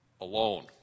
alone